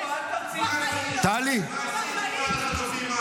פעם הבאה תירשמו לדיון, מפלגת הליכוד.